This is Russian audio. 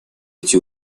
эти